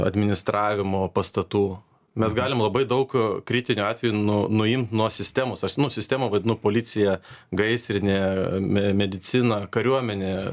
administravimo pastatų mes galim labai daug kritiniu atveju nu nuimt nuo sistemos aš si nu sistemą vadinu policija gaisrinė me medicina kariuomenė